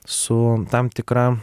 su tam tikra